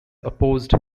opposed